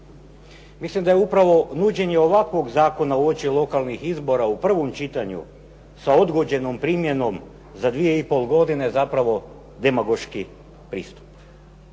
Mislim da je upravo nuđenje ovakvog zakona uoči lokalnih izbora u prvom čitanju sa odgođenom primjenom za 2,5 godine zapravo demagoški pristup.